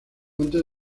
antes